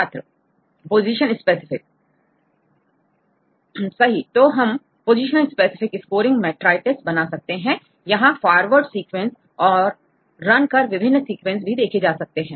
छात्र position specific सही तो अब हम पोजीशन स्पेसिफिक स्कोरिंग मेट्राइटिस बना सकते हैं यहां फॉरवर्ड सीक्वेंस और रन कर विभिन्न सीक्वेंस देखे जा सकते हैं